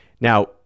Now